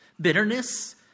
Bitterness